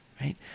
right